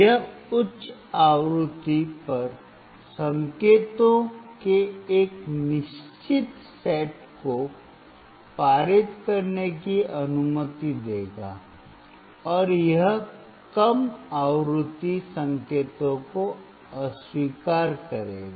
यह उच्च आवृत्ति पर संकेतों के एक निश्चित सेट को पारित करने की अनुमति देगा और यह कम आवृत्ति संकेतों को अस्वीकार करेगा